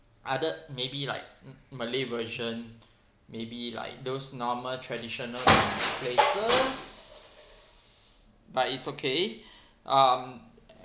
other maybe like ma~ malay version maybe like those normal traditional places but it's okay um